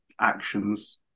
actions